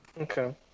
Okay